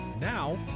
now